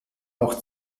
noch